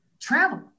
Travel